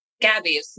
Gabby